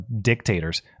dictators